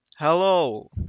Hello